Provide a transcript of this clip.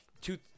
two